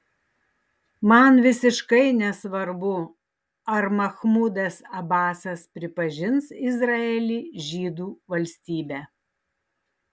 man visiškai nesvarbu ar machmudas abasas pripažins izraelį žydų valstybe